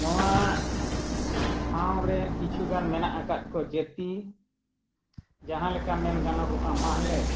ᱱᱚᱣᱟ ᱴᱷᱟᱶ ᱨᱮ ᱠᱤᱪᱷᱩ ᱜᱟᱱ ᱢᱮᱱᱟᱜ ᱟᱠᱟᱫ ᱠᱚ ᱡᱟᱹᱛᱤ ᱡᱟᱦᱟᱸ ᱞᱮᱠᱟ ᱢᱮᱱ ᱜᱟᱱᱚᱜᱚᱜᱼᱟ ᱢᱟᱦᱞᱮ